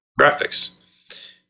Graphics